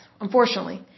unfortunately